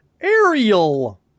Ariel